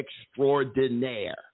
extraordinaire